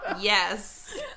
Yes